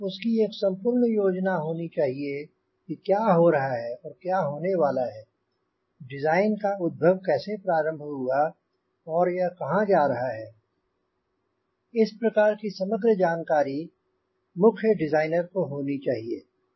उसकी एक संपूर्ण योजना होनी चाहिए कि क्या हो रहा है और क्या होने वाला है डिज़ाइन का उद्धव कैसे प्रारंभ हुआ और यह कहाँ जा रहा है इस प्रकार की समग्र जानकारी मुख्य डिज़ाइनर को होनी चाहिए